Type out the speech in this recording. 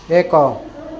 ଏକ